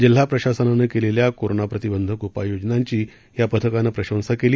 जिल्हा प्रशासनानं केलेल्या कोरोना प्रतिबंधक उपाययोजनांची केंद्रीय पथकानं प्रशंसा केली